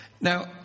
Now